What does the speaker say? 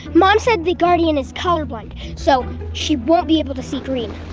mom said the guardian is colorblind, so she won't be able to see green.